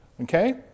okay